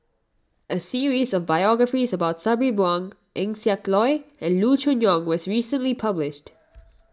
a series of biographies about Sabri Buang Eng Siak Loy and Loo Choon Yong was recently published